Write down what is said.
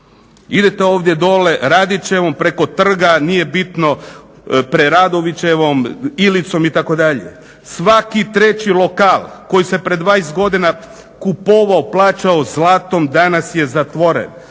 idete ovdje dolje Radićevom, preko trga, nije bitno Preradovićevom, Ilicom itd. svaki treći lokal koji se pred dvadeset godina kupovao, plaćao zlatom danas je zatvoren,